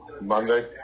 Monday